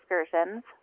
excursions